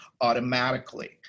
automatically